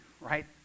right